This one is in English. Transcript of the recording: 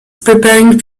preparing